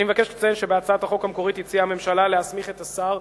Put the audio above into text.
אני מבקש לציין שבהצעת החוק המקורית הציעה הממשלה להסמיך את השר,